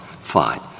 Fine